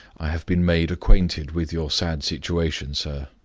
i have been made acquainted with your sad situation, sir,